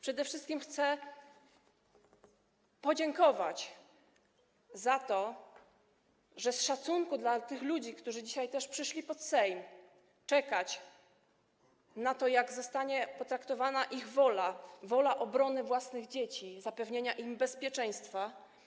Przede wszystkim chcę podziękować za to, że z szacunku dla tych ludzi, którzy dzisiaj przyszli pod Sejm i czekali, jak zostanie potraktowana ich wola, wola obrony własnych dzieci, zapewnienia im bezpieczeństwa.